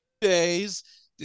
days